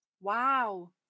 Wow